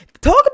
talk